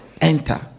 enter